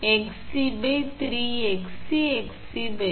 எனவே அது 3 ஆக இருக்கும் 𝑋𝑐 𝑋𝑐 cancel ரத்து செய்யப்படும்